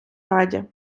раді